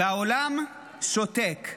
והעולם שותק.